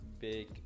Big